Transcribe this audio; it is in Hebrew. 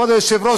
כבוד היושב-ראש,